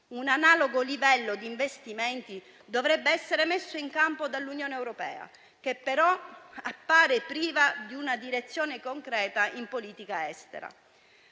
Un analogo livello di investimenti dovrebbe essere messo in campo dall'Unione europea, che, però, appare priva di una direzione concreta in politica estera.